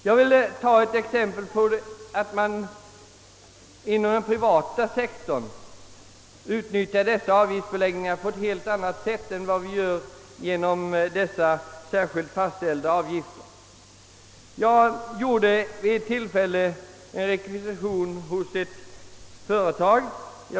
Jag vill anföra ett exempel som visar att man inom den privata sektorn utnyttjar systemet med avgiftsberäkning på ett helt annat sätt än staten, som har dessa fastställda avgifter. Jag rekvirerade vid ett tillfälle en reservdel från ett företag.